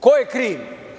Ko je kriv?